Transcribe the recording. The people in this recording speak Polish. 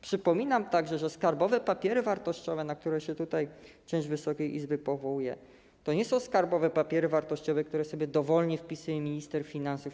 Przypominam także, że skarbowe papiery wartościowe, na które się tutaj część Wysokiej Izby powołuje, to nie są skarbowe papiery wartościowe, które sobie dowolnie wpisuje i wydaje minister finansów.